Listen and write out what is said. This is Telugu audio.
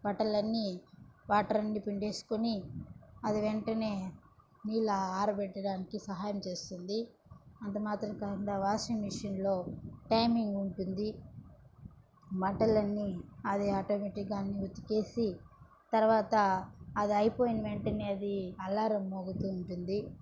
బట్టలన్నీ వాటర్ని పిండేసుకొని అది వెంటనే నీళ్ళు ఆరబెట్టడానికి సహాయం చేస్తుంది అంత మాత్రం కాకుండా వాషింగ్ మిషన్లో టైమింగ్ ఉంటుంది బట్టలన్నీ అది ఆటోమేటిక్గా అన్నీ ఉతికేసి తర్వాత అది అయిపోయిన వెంటనే అది అలారం మోగుతూ ఉంటుంది